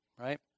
right